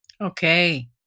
Okay